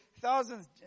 thousands